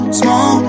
small